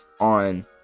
on